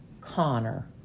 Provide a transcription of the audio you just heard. Connor